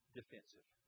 defensive